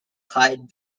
clyde